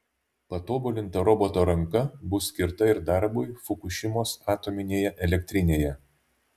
patobulinta roboto ranka bus skirta ir darbui fukušimos atominėje elektrinėje